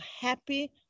happy